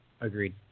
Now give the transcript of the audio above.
Agreed